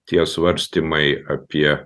tie svarstymai apie